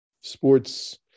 sports